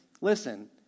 Listen